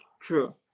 true